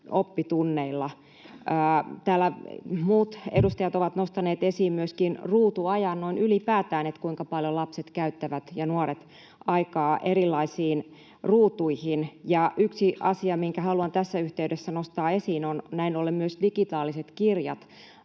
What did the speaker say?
muut edustajat ovat nostaneet esiin myöskin ruutuajan noin ylipäätään, sen, kuinka paljon lapset ja nuoret käyttävät aikaa erilaisiin ruutuihin. Yksi asia, minkä haluan tässä yhteydessä nostaa esiin, on näin ollen myös digitaaliset kirjat.